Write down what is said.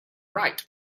right